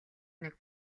нэг